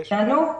כן.